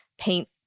paint